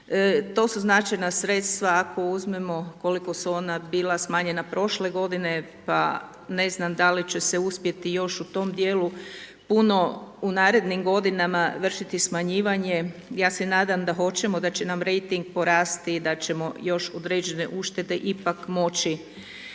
To su znači na sredstva, ako uzmemo koliko su ona bila smanjena prošle godine, pa ne znam da li će se uspjeti još u tom dijelu puno u narednim godinama vršiti smanjivanje, ja se nadam da hoćemo da će nam rejting porasti i da ćemo još određene uštede ipak moći